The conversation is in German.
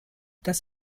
das